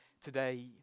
today